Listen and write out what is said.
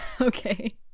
Okay